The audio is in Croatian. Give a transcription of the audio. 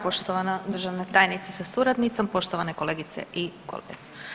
Poštovana državna tajnice sa suradnicom, poštovane kolegice i kolege.